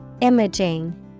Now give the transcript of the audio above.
Imaging